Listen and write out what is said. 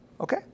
Okay